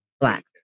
black